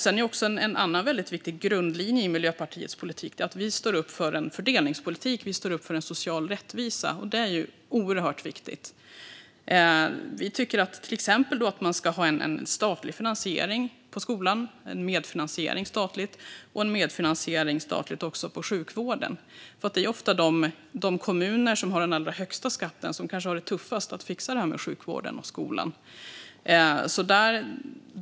En annan viktig grundlinje i Miljöpartiets politik är att vi står upp för en fördelningspolitik och en social rättvisa. Det är oerhört viktigt. Vi tycker till exempel att man ska ha en statlig medfinansiering av skolan och också en statlig medfinansiering av sjukvården. Det är ofta de kommuner som har den allra högsta skatten som kanske har det tuffast att fixa detta med sjukvården och skolan.